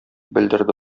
белдерде